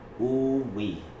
Ooh-wee